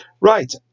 Right